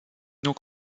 donc